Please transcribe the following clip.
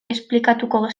esplikatuko